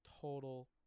total